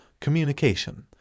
communication